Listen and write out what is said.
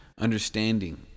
understanding